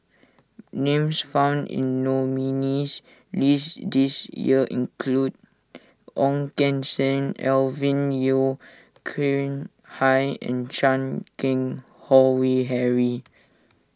names found in the nominees' list this year include Ong Keng Sen Alvin Yeo Khirn Hai and Chan Keng Howe Harry